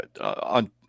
on